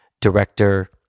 director